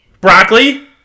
Broccoli